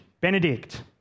Benedict